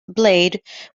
blade